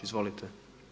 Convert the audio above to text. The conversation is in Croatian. Izvolite.